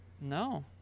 No